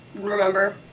remember